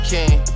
King